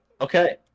Okay